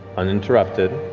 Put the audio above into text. uninterrupted.